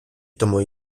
тому